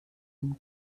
man